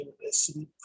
University